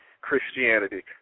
Christianity